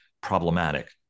problematic